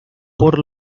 por